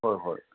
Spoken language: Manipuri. ꯍꯣꯏ ꯍꯣꯏ